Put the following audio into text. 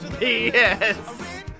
yes